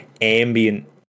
ambient